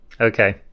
okay